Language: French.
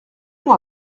moi